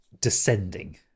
Descending